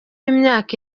imyaka